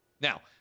Now